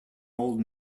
old